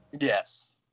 Yes